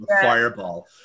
fireball